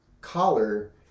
collar